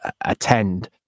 attend